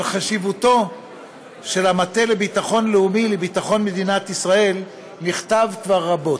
על חשיבותו של המטה לביטחון לאומי לביטחון מדינת ישראל נכתב כבר רבות.